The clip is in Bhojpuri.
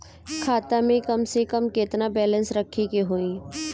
खाता में कम से कम केतना बैलेंस रखे के होईं?